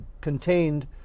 contained